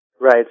Right